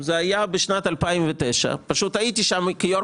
זה היה בשנת 2009. הייתי שם כיושב ראש